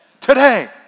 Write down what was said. Today